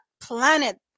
planet